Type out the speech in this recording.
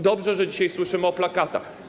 Dobrze, że dzisiaj słyszymy o plakatach.